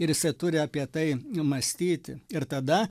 ir jisai turi apie tai mąstyti ir tada